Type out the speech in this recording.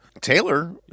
Taylor